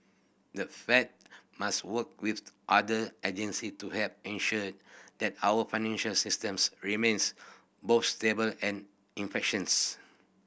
the Fed must work with other agency to help ensure that our financial systems remains both stable and efficient